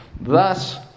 Thus